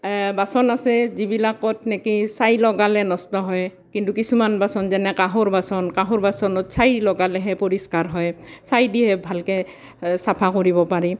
এ বাচন আছে যিবিলাকত নেকি ছাই লগালে নষ্ট হয় কিন্তু কিছুমান বাচন যেনে কাঁহৰ বাচন কাঁহৰ বাচনত ছাঁই লগালেহে পৰিষ্কাৰ হয় ছাঁই দিহে ভালকৈ চাফা কৰিব পাৰি